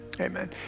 amen